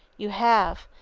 you have,